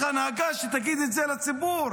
צריך הנהגה שתגיד את זה לציבור: